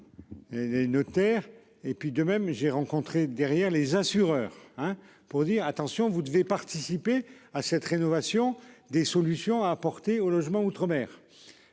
Les notaires et puis de même j'ai rencontré derrière les assureurs hein pour dire attention, vous devez participer à cette rénovation des solutions à apporter au logement outre-mer.